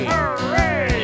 Hooray